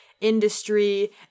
industry